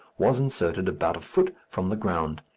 was inserted about a foot from the ground.